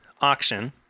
auction